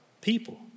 people